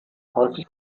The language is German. häufig